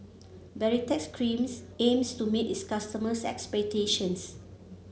Baritex Cream aims to meet its customers' expectations